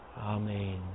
Amen